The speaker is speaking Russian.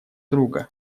друга